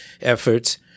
efforts